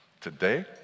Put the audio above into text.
today